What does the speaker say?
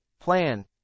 Plan